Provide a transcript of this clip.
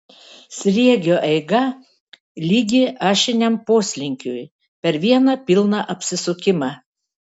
sriegio eiga lygi ašiniam poslinkiui per vieną pilną apsisukimą